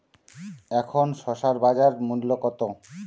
এখন শসার বাজার মূল্য কত?